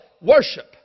worship